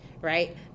right